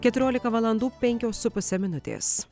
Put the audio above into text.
keturiolika valandų penkios su puse minutės